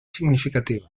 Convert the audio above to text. significativa